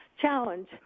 challenge